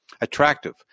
attractive